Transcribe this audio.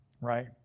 right